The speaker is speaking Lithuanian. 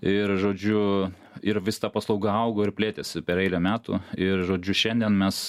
ir žodžiu ir vis ta paslauga augo ir plėtėsi per eilę metų ir žodžiu šiandien mes